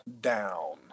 down